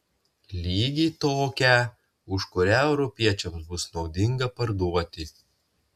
lygiai tokią už kurią europiečiams bus naudinga parduoti